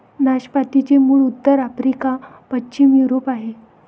नाशपातीचे मूळ उत्तर आफ्रिका, पश्चिम युरोप आहे